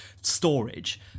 storage